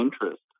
interest